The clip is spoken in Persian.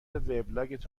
وبلاگت